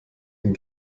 ein